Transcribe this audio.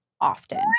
often